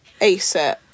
ASAP